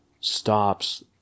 stops